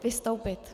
Vystoupit.